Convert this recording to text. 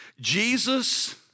Jesus